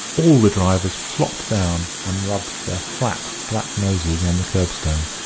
all the drivers flopped down and rubbed their flat, black noses on the curbstone.